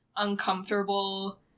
uncomfortable